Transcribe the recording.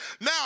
Now